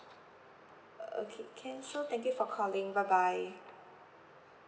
uh okay can so thank you for calling bye bye